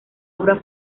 obra